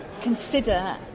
consider